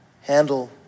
Handle